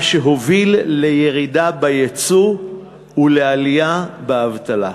מה שהוביל לירידה ביצוא ולעלייה באבטלה.